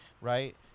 right